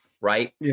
right